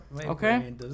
Okay